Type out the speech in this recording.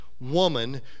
woman